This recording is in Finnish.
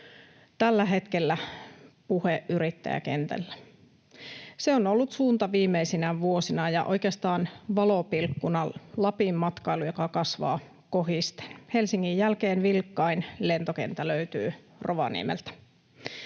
tällä hetkellä puhe yrittäjäkentällä. Se on ollut suunta viimeisinä vuosina, ja oikeastaan valopilkkuna on Lapin matkailu, joka kasvaa kohisten. Helsingin jälkeen vilkkain lentokenttä löytyy Rovaniemeltä.